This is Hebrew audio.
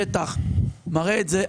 השטח מראה את זה,